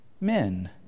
men